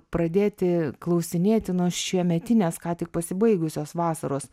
pradėti klausinėti nuo šiemetinės ką tik pasibaigusios vasaros